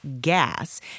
gas